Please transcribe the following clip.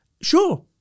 Sure